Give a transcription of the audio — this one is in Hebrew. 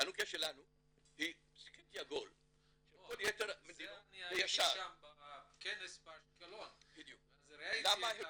היא --- אני הייתי בכנס באשקלון, אז ראיתי.